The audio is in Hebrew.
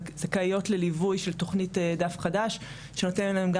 וזכאיות לליווי של תוכנית "דף חדש" שנותנת להם גם